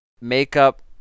Makeup